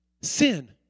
sin